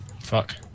fuck